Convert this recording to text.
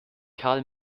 karl